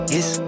Yes